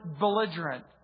belligerent